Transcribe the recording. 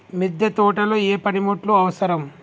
మిద్దె తోటలో ఏ పనిముట్లు అవసరం?